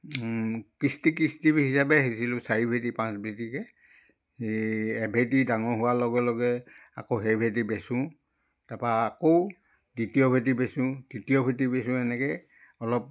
কিস্তি কিস্তি হিচাপে সিচিলোঁ চাৰি ভেঁটি পাঁচ ভেঁটিকৈ এই এভেঁটি ডাঙৰ হোৱাৰ লগে লগে আকৌ সেইভেঁটি বেচোঁ তাপা আকৌ দ্বিতীয় ভেঁটি বেচোঁ তৃতীয় ভেঁটি বেচোঁ এনেকৈ অলপ